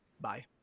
bye